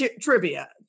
trivia